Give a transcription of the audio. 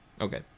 Okay